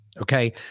Okay